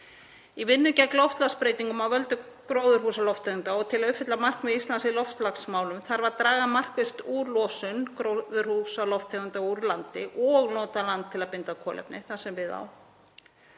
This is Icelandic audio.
að vinna gegn loftslagsbreytingum af völdum gróðurhúsalofttegunda og til að uppfylla markmið Íslands í loftslagsmálum þarf að draga markvisst úr losun gróðurhúsalofttegunda úr landi og nota land til að binda kolefni þar sem það á